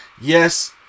Yes